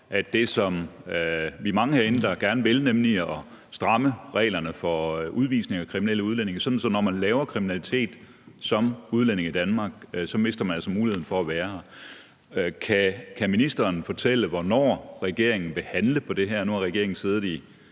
vi er mange herinde, der gerne vil, nemlig at stramme reglerne for udvisning af kriminelle udlændinge, sådan at når man laver kriminalitet som udlænding i Danmark, mister man altså muligheden for at være her. Kan ministeren fortælle, hvornår regeringen vil handle på det her? Nu har regeringen siddet i